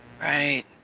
Right